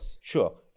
sure